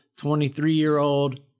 23-year-old